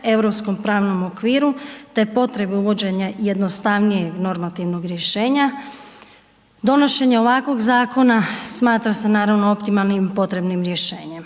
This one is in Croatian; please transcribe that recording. Europskom pravnom okviru, te potrebe uvođenja jednostavnijeg normativnog rješenja. Donošenje ovakvog zakona smatra se naravno optimalnim i potrebnim rješenjem.